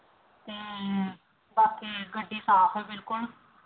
ਅਤੇ ਬਾਕੀ ਗੱਡੀ ਸਾਫ਼ ਹੈ ਬਿਲਕੁਲ